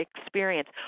experience